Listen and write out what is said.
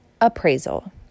appraisal